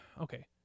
okay